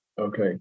Okay